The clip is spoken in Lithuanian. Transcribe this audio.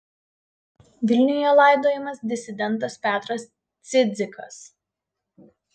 vilniuje laidojamas disidentas petras cidzikas